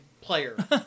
player